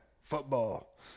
Football